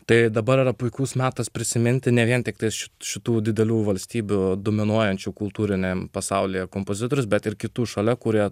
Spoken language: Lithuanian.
tai dabar yra puikus metas prisiminti ne vien tiktai iš šitų didelių valstybių dominuojančių kultūriniam pasaulyje kompozitorius bet ir kitų šalia kuria